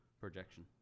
projection